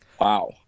wow